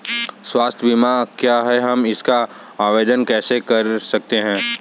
स्वास्थ्य बीमा क्या है हम इसका आवेदन कैसे कर सकते हैं?